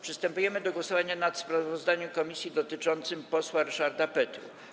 Przystępujemy do głosowania nad sprawozdaniem komisji dotyczącym posła Ryszarda Petru.